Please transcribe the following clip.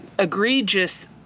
egregious